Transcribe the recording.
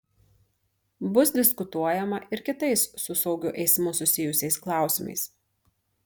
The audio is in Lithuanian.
bus diskutuojama ir kitais su saugiu eismu susijusiais klausimais